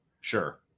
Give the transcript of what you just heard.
Sure